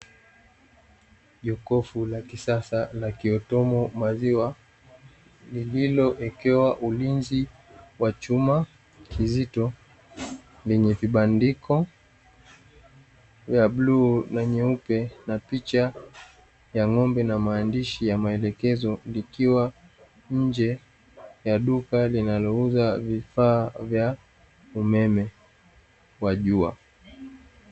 Jokofu la kisasa la "ATM" maziwa lililo wekewa ulinzi wa chuma kizito lenye kibandiko ya bluu na nyeupe na picha ya ng'ombe na maandishi ya maelekezo likiwa nje ya duka linalouza vifaa vya umeme wa jua.